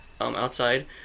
outside